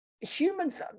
humans